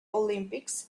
olympics